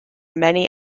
many